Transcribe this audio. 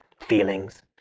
Feelings